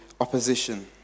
opposition